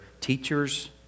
teachers